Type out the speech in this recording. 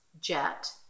jet